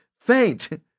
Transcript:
faint